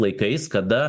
laikais kada